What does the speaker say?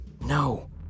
No